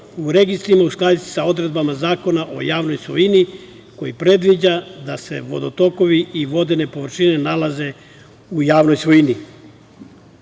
u registrima uskladiti sa odredbama Zakona o javnoj svojini, koji predviđa da se vodotokovi i vodene površine nalaze u javnoj